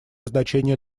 значение